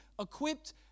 equipped